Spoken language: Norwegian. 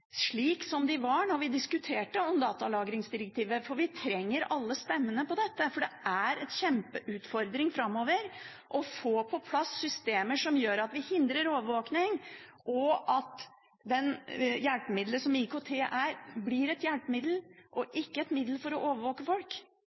slik de var da vi diskuterte datalagringsdirektivet. Vi trenger alle stemmene her, for det er en kjempeutfordring framover å få på plass systemer slik at vi hindrer overvåkning, og slik at det hjelpemiddelet som IKT er, blir et hjelpemiddel og ikke et middel for å overvåke folk.